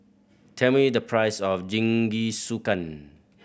tell me the price of Jingisukan